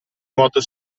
nuoto